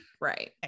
Right